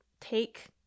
Take